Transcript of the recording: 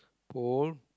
pole